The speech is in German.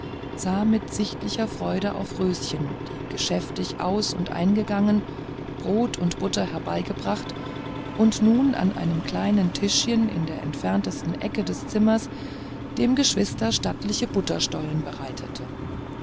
sah mit sichtlicher freude auf röschen die geschäftig aus und eingegangen butter und brot herbeigebracht und nun an einem kleinen tischchen in der entfernten ecke des zimmers dem geschwister stattliche butterstollen bereitete